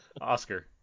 Oscar